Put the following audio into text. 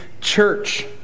church